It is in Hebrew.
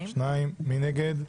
מי נגד,